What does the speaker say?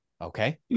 Okay